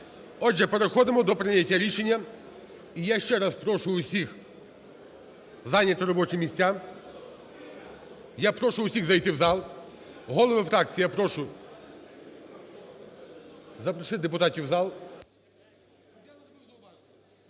Отже, переходимо до прийняття рішення. І я ще раз прошу всіх зайняти робочі місця. Я прошу всіх зайти в зал. Голови фракцій, я прошу запросити депутатів в зал.